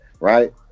right